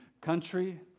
country